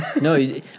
No